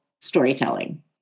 storytelling